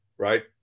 Right